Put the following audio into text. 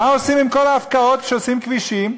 מה עושים עם כל ההפקעות כשעושים כבישים?